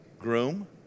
groom